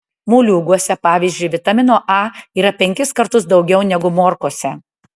moliūguose pavyzdžiui vitamino a yra penkis kartus daugiau negu morkose